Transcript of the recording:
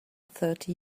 thirty